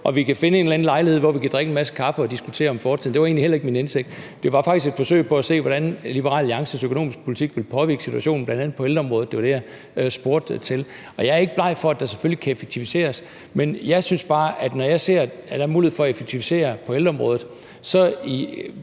Og vi kan jo ved lejlighed drikke en masse kaffe og diskutere fortiden, for det var heller ikke min hensigt her. Det var faktisk et forsøg på at se på, hvordan Liberal Alliances økonomiske politik vil påvirke situationen, bl.a. på ældreområdet – det var det, jeg spurgte til. Jeg er ikke bleg for at sige, at der selvfølgelig kan effektiviseres, men jeg synes bare, at når jeg ser, at der er mulighed for at effektivisere på ældreområdet, når